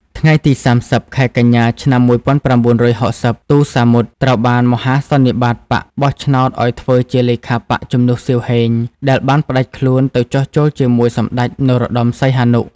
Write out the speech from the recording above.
ថ្ងៃទី៣០ ខែកញ្ញា ឆ្នាំ១៩៦០ ទូ សាមុត ត្រូវបានមហាសន្និបាតបក្សបោះឆ្នោតឱ្យធ្វើជាលេខាបក្ស ជំនួស សៀវ ហេង ដែលបានផ្តាច់ខ្លួនទៅចុះចូលជាមួយសម្តេច នរោត្តម សីហនុ។